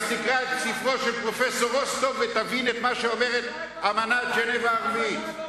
תקרא את ספרו של פרופסור רוסטוב ותבין את מה אמנת ז'נבה הרביעית אומרת.